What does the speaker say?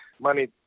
money